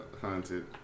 haunted